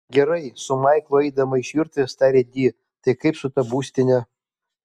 gerai su maiklu eidama iš virtuvės tarė di tai kaip su ta būstine